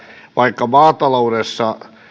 vaikka maataloudessa